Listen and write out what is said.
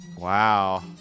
Wow